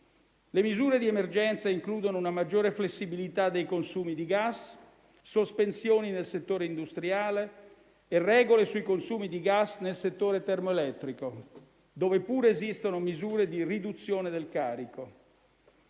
Le misure di emergenza includono una maggiore flessibilità dei consumi di gas, sospensioni nel settore industriale e regole sui consumi di gas nel settore termoelettrico, dove pure esistono misure di riduzione del carico.